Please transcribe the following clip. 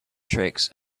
tricks